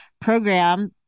program